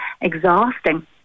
exhausting